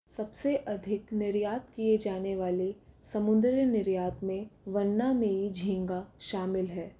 सबसे अधिक निर्यात किए जाने वाले समुद्री निर्यात में वन्नामेई झींगा शामिल है